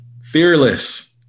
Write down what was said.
fearless